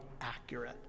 accurate